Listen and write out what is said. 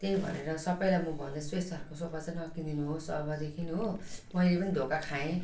त्यही भनेर सबलाई म भन्दैछु यस्तो खाले नकिनिदिनु होस् अबदेखि हो मैले पनि धोका खाएँ